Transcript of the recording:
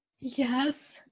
yes